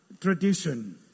tradition